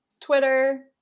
Twitter